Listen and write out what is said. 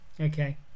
okay